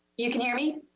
you can hear me?